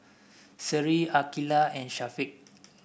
Seri Aqilah and Syafiq